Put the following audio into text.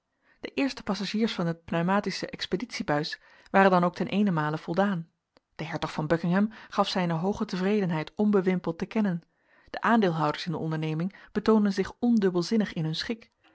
de eerste passagiers van de pneumatische expeditiebuis waren dan ook ten eenemale voldaan de hertog van buckingham gaf zijne hooge tevredenheid onbewimpeld te kennen de aandeelhouders in de onderneming betoonden zich ondubbelzinnig in hun schik